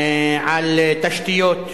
על תשתיות.